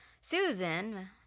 Susan